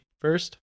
first